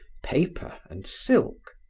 paper and silk.